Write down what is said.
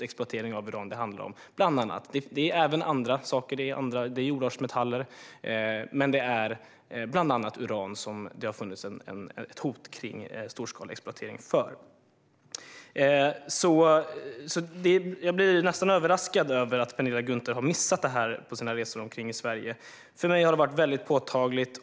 Exploateringen gäller även andra saker, såsom jordartsmetaller, men det är bland annat uran som det har funnits ett hot om storskalig exploatering av. Jag blir nästan överraskad över att Penilla Gunther har missat det här på sina resor omkring i Sverige. För mig har det varit väldigt påtagligt.